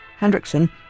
Hendrickson